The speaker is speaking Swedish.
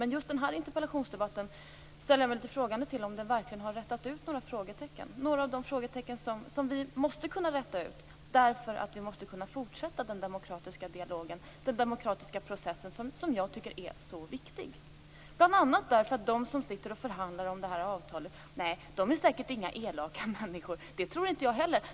Men om just den här interpellationsdebatten verkligen har rätat ut några frågetecken ställer jag mig litet frågande till. Några av de frågetecknen måste vi kunna räta ut, därför att vi måste kunna fortsätta den demokratiska dialogen, den demokratiska processen, som jag tycker är så viktig. Nej, de som förhandlar om det här avtalet är säkert inga elaka människor, det tror inte jag heller.